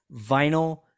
vinyl